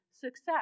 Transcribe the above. success